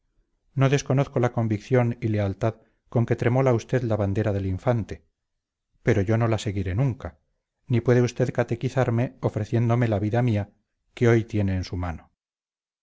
no desconozco la convicción y lealtad con que tremola usted la bandera del infante pero yo no la seguiré nunca ni puede usted catequizarme ofreciéndome la vida mía que hoy tiene en su mano